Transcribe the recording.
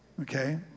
okay